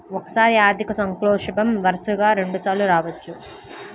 ఒక్కోసారి ఆర్థిక సంక్షోభం వరుసగా రెండుసార్లు రావచ్చు